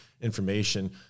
information